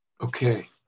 Okay